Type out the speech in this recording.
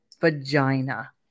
vagina